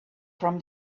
from